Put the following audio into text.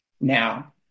Now